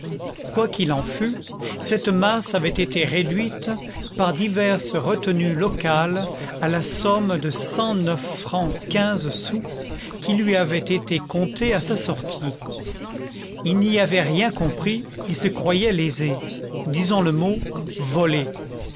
qu'il en fût cette masse avait été réduite par diverses retenues locales à la somme de cent neuf francs quinze sous qui lui avait été comptée à sa sortie il n'y avait rien compris et se croyait lésé disons le mot volé